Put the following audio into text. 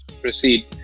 proceed